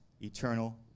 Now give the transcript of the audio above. eternal